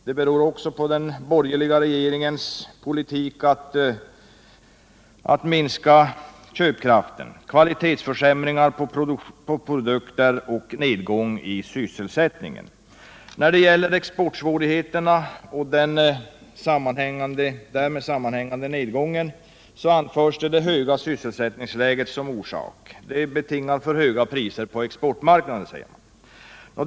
Det beror också på den borgerliga regeringens politik att minska köpkraften, kvalitetsförsämringar på produkter och nedgång i sysselsättningen. När det gäller exportsvårigheterna och den därmed sammanhängande nedgången anförs det höga kostnadsläget som orsak. Det blir för höga priser på exportmarknaden, säger man.